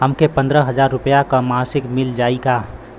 हमके पन्द्रह हजार रूपया क मासिक मिल जाई का?